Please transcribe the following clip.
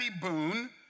Boone